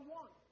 one